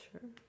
sure